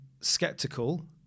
skeptical